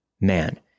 Man